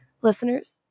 listeners